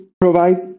provide